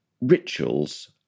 rituals